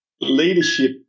leadership